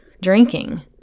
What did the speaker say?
drinking